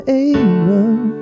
able